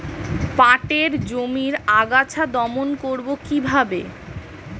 পাটের জমির আগাছা দমন করবো কিভাবে?